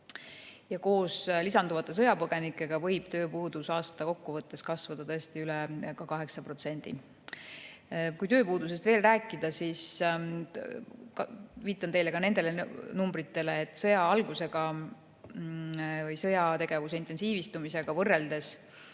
Koos lisanduvate sõjapõgenikega võib tööpuudus aasta kokkuvõttes kasvada isegi üle 8%. Kui tööpuudusest veel rääkida, siis viitan ka nendele numbritele, et sõjategevuse intensiivistumise ajaga võrreldes